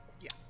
Yes